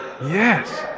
yes